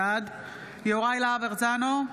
בעד יוראי להב הרצנו,